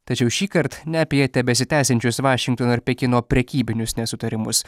tačiau šįkart ne apie tebesitęsiančius vašingtono ir pekino prekybinius nesutarimus